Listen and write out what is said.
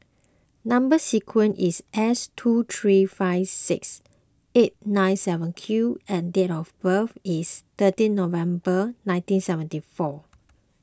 Number Sequence is S two three five six eight nine seven Q and date of birth is thirteen November nineteen seventy four